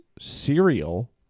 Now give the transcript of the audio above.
cereal